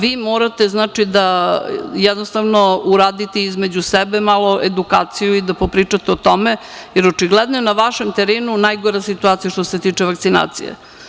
Vi morate da uradite između sebe edukaciju, da popričate o tome, jer očigledno je na vašem terenu najgora situacija što se tiče vakcinacije.